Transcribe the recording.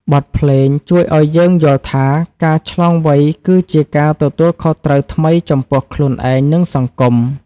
បទភ្លេងជួយឱ្យយើងយល់ថា ការឆ្លងវ័យគឺជាការទទួលខុសត្រូវថ្មីចំពោះខ្លួនឯង និងសង្គម។